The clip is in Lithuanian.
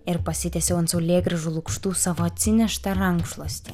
ir pasitiesiau ant saulėgrąžų lukštų savo atsineštą rankšluostį